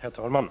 Herr talman!